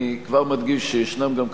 אני כבר מדגיש שישנם גם,